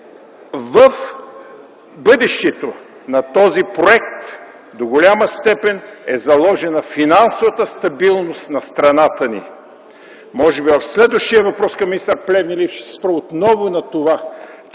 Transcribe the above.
в бъдещето на този проект до голяма степен е заложена финансовата стабилност на страната ни.